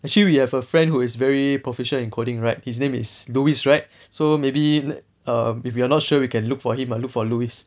actually we have a friend who is very proficient in coding right his name is louis right so maybe err if we are not sure we can look for him ah look for louis